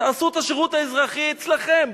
תעשו את השירות האזרחי אצלכם,